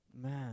man